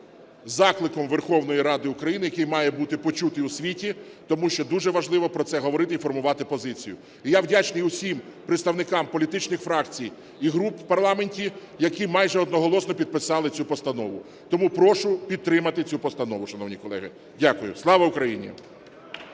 закликом Верховної Ради України, який має бути почутий у світі, тому що дуже важливо про це говорити і формувати позицію. І я вдячний всім представникам політичних фракцій і груп в парламенті, які майже одноголосно підписали цю постанову. Тому прошу підтримати цю постанову, шановні колеги. Дякую. Слава Україні!